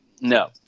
No